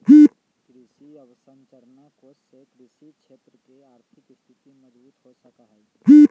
कृषि अवसरंचना कोष से कृषि क्षेत्र के आर्थिक स्थिति मजबूत हो सका हई